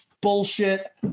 bullshit